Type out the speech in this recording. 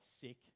sick